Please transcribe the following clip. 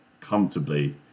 comfortably